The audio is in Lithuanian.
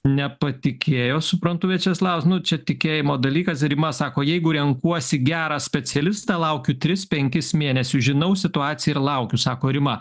nepatikėjo suprantu viačeslavas nu čia tikėjimo dalykas rima sako jeigu renkuosi gerą specialistą laukiu tris penkis mėnesius žinau situaciją ir laukiu sako rima